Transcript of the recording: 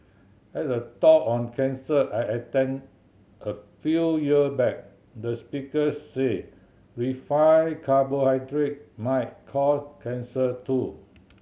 at a talk on cancer I attend a few year back the speaker said refined carbohydrate might cause cancer too